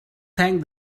thank